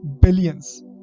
billions